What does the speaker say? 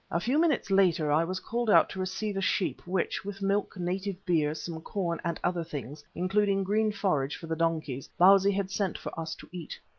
a few minutes later i was called out to receive a sheep which, with milk, native beer, some corn, and other things, including green forage for the donkeys, bausi had sent for us to eat.